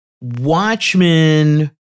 Watchmen